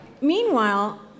meanwhile